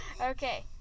Okay